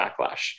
backlash